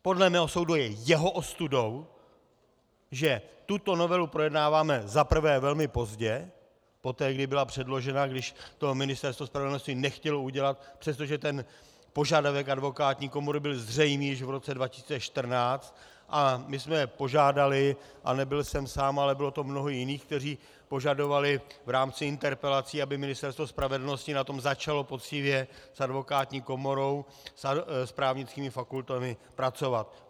Podle mého soudu je jeho ostudou, že tuto novelu projednáváme za prvé velmi pozdě poté, kdy byla předložena, když to Ministerstvo spravedlnosti nechtělo udělat, přestože požadavek advokátní komory byl zřejmý již v roce 2014, a my jsme požádali, a nebyl jsem sám, ale bylo to mnoho jiných, kteří požadovali v rámci interpelací, aby Ministerstvo spravedlnosti na tom začalo poctivě s advokátní komorou, s právnickými fakultami pracovat.